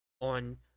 on